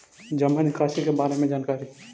जामा निकासी के बारे में जानकारी?